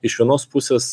iš vienos pusės